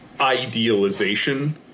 idealization